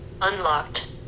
Unlocked